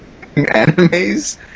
animes